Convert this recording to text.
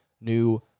new